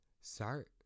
Start